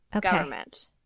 government